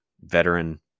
veteran